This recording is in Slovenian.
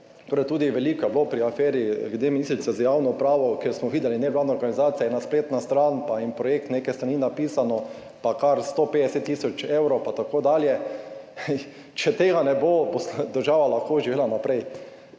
Torej tudi veliko je bilo pri aferi glede ministrice za javno upravo, kjer smo videli nevladna organizacija, ena spletna stran pa en projekt, nekaj strani napisano pa kar 150 tisoč evrov, pa tako dalje. Če tega ne bo, bo država lahko živela naprej.